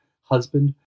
husband